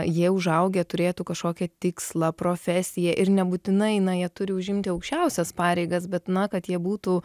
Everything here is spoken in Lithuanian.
jie užaugę turėtų kažkokią tikslą profesiją ir nebūtinai inai jie turi užimti aukščiausias pareigas bet na kad jie būtų